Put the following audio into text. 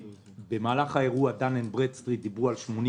במהלך האירוע Dan & Bradstreet דיברו על 80